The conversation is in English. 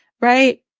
right